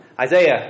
Isaiah